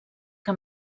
que